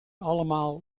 allemaal